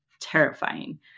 terrifying